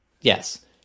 Yes